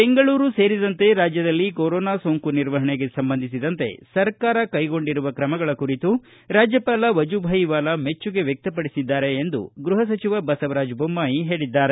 ಬೆಂಗಳೂರು ಸೇರಿದಂತೆ ರಾಜ್ಯದಲ್ಲಿ ಕೊರೋನಾ ಸೋಂಕು ನಿರ್ವಹಣೆಗೆ ಸಂಬಂಧಿಸಿದಂತೆ ಸರ್ಕಾರ ಕೈಗೊಂಡಿರುವ ಕ್ರಮಗಳ ಕುರಿತು ರಾಜ್ಯಪಾಲ ವಜೂಬಾಯಿ ವಾಲಾ ಮೆಚ್ಚುಗೆ ವ್ಯಕ್ತಪಡಿಸಿದ್ದಾರೆ ಎಂದು ಗೃಪ ಸಚಿವ ಬಸವರಾಜ ಬೊಮ್ಮಾಯಿ ಹೇಳಿದ್ದಾರೆ